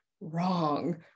wrong